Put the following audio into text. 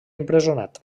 empresonat